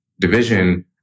division